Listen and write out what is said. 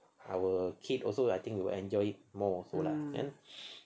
our kid also will enjoy it more also lah kan